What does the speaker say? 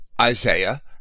Isaiah